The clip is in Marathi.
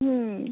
हं